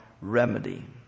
remedy